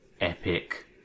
epic